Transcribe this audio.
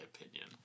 opinion